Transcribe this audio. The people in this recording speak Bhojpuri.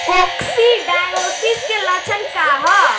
कोक्सीडायोसिस के लक्षण का ह?